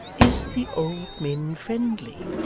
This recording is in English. is the old min friendly